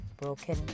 broken